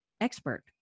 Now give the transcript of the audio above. expert